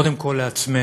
קודם כול לעצמנו